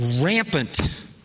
rampant